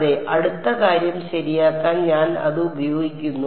അതെ അടുത്ത കാര്യം ശരിയാക്കാൻ ഞാൻ അത് ഉപയോഗിക്കുന്നു